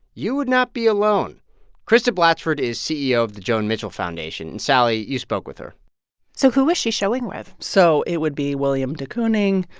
you would not be alone christa blatchford is ceo of the joan mitchell foundation. and sally, you spoke with her so who was she showing with? so it would be william de kooning,